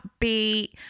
upbeat